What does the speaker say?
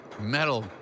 metal